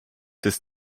des